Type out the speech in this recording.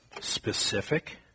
specific